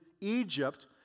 Egypt